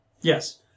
Yes